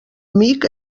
amic